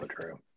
true